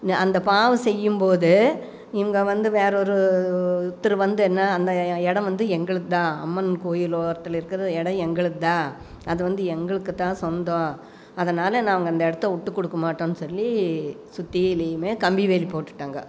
அந்த பாவம் செய்யும்போது இவங்க வந்து வேறொரு ஒருத்தர் வந்து என்ன அந்த இடம் வந்து எங்களுதுதான் அம்மன் கோயில் ஓரத்தில் இருக்கிற இடம் எங்களுதுதான் அது வந்து எங்களுக்குதான் சொந்தம் அதனால் நாங்கள் அந்த இடத்தை விட்டு கொடுக்கமாட்டோனு சொல்லி சுத்திலியும் கம்பி வேலி போட்டுவிட்டாங்க